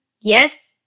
Yes